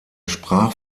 sprach